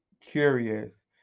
curious